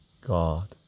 God